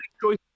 choice